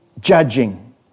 judging